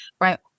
Right